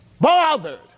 Bothered